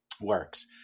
works